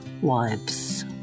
Wives